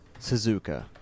Suzuka